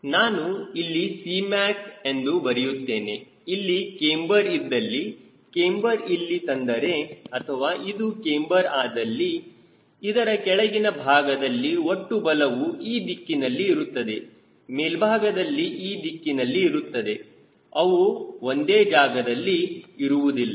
ನಾನು ಇಲ್ಲಿ Cmac ಎಂದು ಬರೆಯುತ್ತೇನೆ ಇಲ್ಲಿ ಕ್ಯಾಮ್ಬರ್ ಇದ್ದಲ್ಲಿ ಕ್ಯಾಮ್ಬರ್ ಇಲ್ಲಿ ತಂದರೆ ಅಥವಾ ಇದು ಕ್ಯಾಮ್ಬರ್ ಆದಲ್ಲಿ ಇದರ ಕೆಳಗಿನ ಭಾಗದಲ್ಲಿ ಒಟ್ಟು ಬಲವು ಈ ದಿಕ್ಕಿನಲ್ಲಿ ಇರುತ್ತದೆ ಮೇಲ್ಭಾಗದಲ್ಲಿ ಈ ದಿಕ್ಕಿನಲ್ಲಿ ಇರುತ್ತದೆ ಅವು ಒಂದೇ ಜಾಗದಲ್ಲಿ ಇರುವುದಿಲ್ಲ